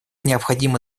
необходимо